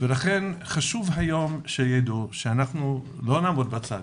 ולכן חשוב היום, שידעו שאנחנו לא נעמוד בצד.